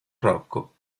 rocco